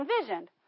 envisioned